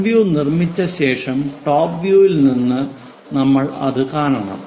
front view നിർമ്മിച്ച ശേഷം top വ്യൂയിൽ നിന്ന് നമ്മൾ അത് കാണണം